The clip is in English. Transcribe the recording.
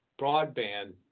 broadband